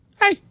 Hey